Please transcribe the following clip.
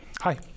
Hi